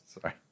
Sorry